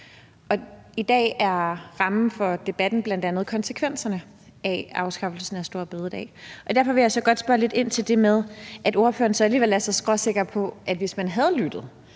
I dag er rammen for debatten bl.a. konsekvenserne af afskaffelsen af store bededag, og derfor vil jeg gerne spørge lidt ind til det her med, at ordføreren så alligevel er så skråsikker omkring, at hvis man havde lyttet,